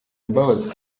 imbabazi